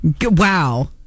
Wow